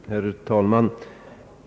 Herr talman!